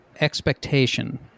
expectation